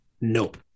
Nope